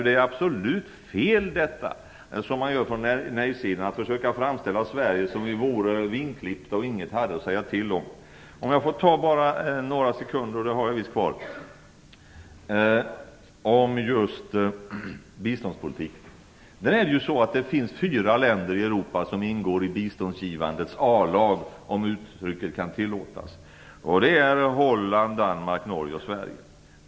Det är absolut fel att, som man gör från nejsidan, försöka framställa Sverige som om vi vore vingklippta och inget hade att säga till om. Jag vill använda några sekunder som jag har kvar för just biståndspolitiken. Det finns fyra länder i Europa som ingår i biståndsgivandets A-lag, om uttrycket kan tillåtas, nämligen Holland, Danmark, Norge och Sverige.